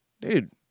Dude